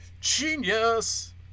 Genius